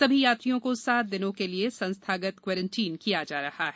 सभी यात्रियों को सात दिनों के लिए संस्थागत क्वारंटाइन किया जा रहा है